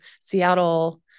Seattle